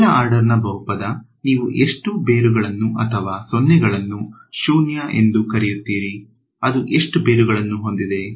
ಮೊದಲ ಆರ್ಡರ್ ನ ಬಹುಪದ ನೀವು ಎಷ್ಟು ಬೇರುಗಳನ್ನು ಅಥವಾ ಸೊನ್ನೆಗಳನ್ನು ಶೂನ್ಯ ಎಂದು ಕರೆಯುತ್ತೀರಿ ಅದು ಎಷ್ಟು ಬೇರುಗಳನ್ನು ಹೊಂದಿದೆ